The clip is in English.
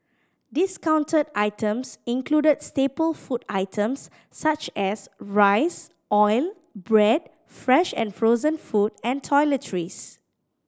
discounted items included staple food items such as rice oil bread fresh and frozen food and toiletries